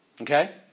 Okay